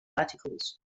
articles